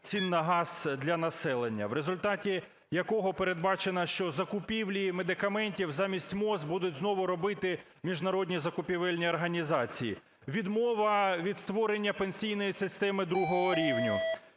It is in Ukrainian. цін на газ для населення, в результаті якого передбачено, що закупівлі медикаментів замість МОЗ будуть знову робити міжнародні закупівельні організації; відмова від створення пенсійної системи другого рівня;